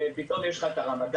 פתאום יש לך את הרמדאן,